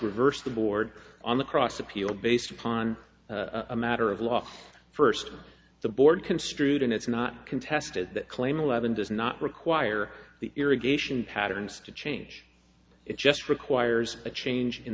reversed the board on the cross appeal based upon a matter of law for first the board construed and it's not contested that claim eleven does not require the irrigation patterns to change it just requires a change in